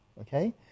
okay